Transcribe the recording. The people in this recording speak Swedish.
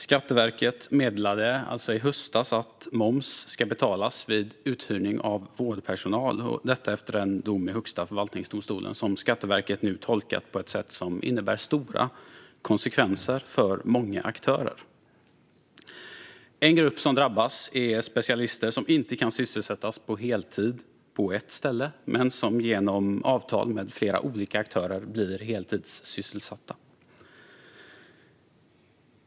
Skatteverket meddelade i höstas att moms ska betalas vid uthyrning av vårdpersonal - detta efter en dom i Högsta förvaltningsdomstolen som Skatteverket nu tolkar på ett sätt som får stora konsekvenser för många aktörer. En grupp som drabbas är specialister som inte kan sysselsättas på heltid på ett ställe men som genom avtal med flera olika aktörer blir heltidssysselsatta.